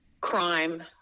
crime